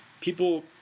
people